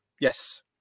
Yes